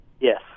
Yes